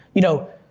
you know,